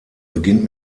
beginnt